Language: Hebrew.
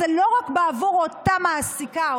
זה לא רק בעבור אותה מעסיקה,